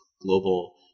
global